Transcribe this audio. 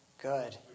Good